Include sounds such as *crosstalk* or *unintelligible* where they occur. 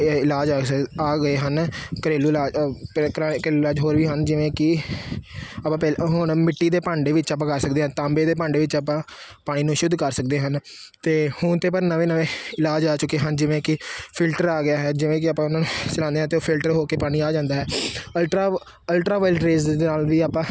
ਇਹ ਇਲਾਜ ਆ ਸਕ ਆ ਗਏ ਹਨ ਘਰੇਲੂ ਇਲਾ *unintelligible* ਘਰੇਲੂ ਇਲਾਜ ਹੋਰ ਵੀ ਹਨ ਜਿਵੇਂ ਕਿ ਆਪਾਂ ਪਹਿਲ ਹੁਣ ਮਿੱਟੀ ਦੇ ਭਾਂਡੇ ਵਿੱਚ ਆਪਾਂ ਕਰ ਸਕਦੇ ਹਾਂ ਤਾਂਬੇ ਦੇ ਭਾਂਡੇ ਵਿੱਚ ਆਪਾਂ ਪਾਣੀ ਨੂੰ ਸ਼ੁੱਧ ਕਰ ਸਕਦੇ ਹਨ ਅਤੇ ਹੁਣ ਤਾਂ ਆਪਾਂ ਨਵੇਂ ਨਵੇਂ ਇਲਾਜ ਆ ਚੁੱਕੇ ਹਨ ਜਿਵੇਂ ਕਿ ਫਿਲਟਰ ਆ ਗਿਆ ਹੈ ਜਿਵੇਂ ਕਿ ਆਪਾਂ ਉਹਨਾਂ ਨੂੰ ਚਲਾਉਂਦੇ ਹਾਂ ਅਤੇ ਉਹ ਫਿਲਟਰ ਹੋ ਕੇ ਪਾਣੀ ਆ ਜਾਂਦਾ ਹੈ ਅਲਟਰਾ ਅਲਟਰਾ ਵਾਇਲਟ ਰੇਜ ਦੇ ਨਾਲ ਵੀ ਆਪਾਂ